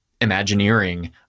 imagineering